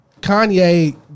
Kanye